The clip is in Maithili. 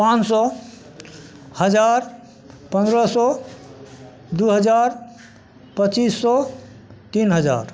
पाँच सओ हजार पनरह सओ दुइ हजार पचीस सओ तीन हजार